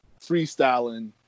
freestyling